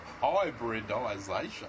Hybridisation